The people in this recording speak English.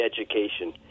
education